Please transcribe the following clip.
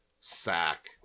sack